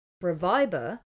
reviver